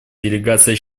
делегация